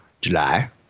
July